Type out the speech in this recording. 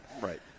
Right